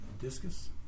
discus